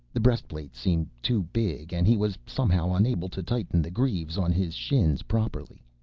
the breastplate seemed too big, and he was somehow unable to tighten the greaves on his shins properly.